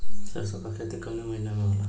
सरसों का खेती कवने महीना में होला?